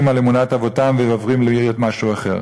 על אמונת אבותיהם ועוברים להיות משהו אחר.